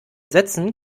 sätzen